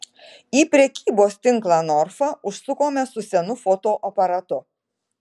į prekybos tinklą norfa užsukome su senu fotoaparatu